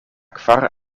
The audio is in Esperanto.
kvar